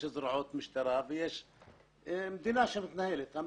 יש זרועות ביטחון ויש מדינה שמתנהלת.